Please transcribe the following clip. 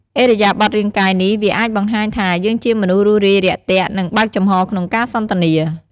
ឥរិយាបថរាងកាយនេះ វាអាចបង្ហាញថាយើងជាមនុស្សរួសរាយរាក់ទាក់ និង បើកចំហក្នុងការសន្ទនា។